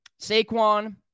Saquon